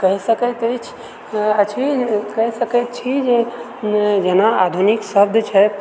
कहि सकैत अछि अछि कहि सकैत छी जे जेना आधुनिक शब्द छै